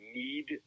need